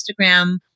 Instagram